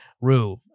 Rue